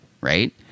Right